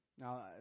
Now